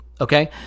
Okay